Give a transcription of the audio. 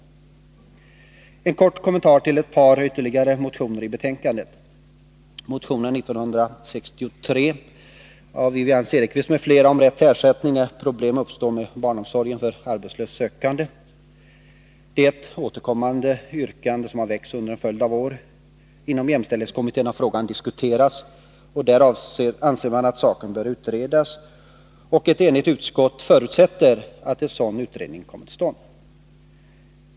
Så en kort kommentar till ytterligare ett par motioner som behandlas i betänkandet. Motionen 1963 av Wivi-Anne Cederqvist m.fl. gäller rätt till ersättning när problem uppstår med barnomsorgen för arbetslös sökande. Detta är ett återkommande yrkande som har väckts under en följd av år. Inom jämställdhetskommittén har frågan diskuterats, och där anser man att saken bör utredas. Ett enigt utskott förutsätter att en sådan utredning kommer till stånd.